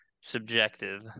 subjective